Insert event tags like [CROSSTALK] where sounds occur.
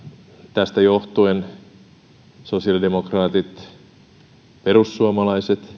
tästä johtuen sosiaalidemokraatit perussuomalaiset [UNINTELLIGIBLE]